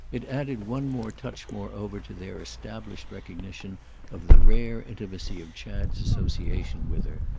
it added one more touch moreover to their established recognition of the rare intimacy of chad's association with her.